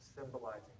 symbolizing